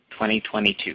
2022